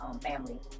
family